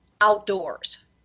outdoors